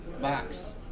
box